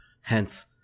Hence